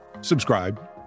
subscribe